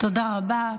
תודה רבה.